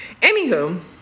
Anywho